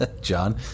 John